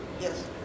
Yes